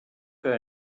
que